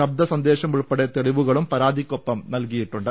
ശബ്ദ സന്ദേശം ഉൾപ്പെടെ തെളിവുകളും പരാതിക്കൊപ്പം നൽകിയിട്ടുണ്ട്